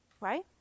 Right